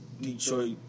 Detroit